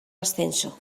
ascenso